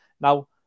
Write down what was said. Now